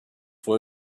for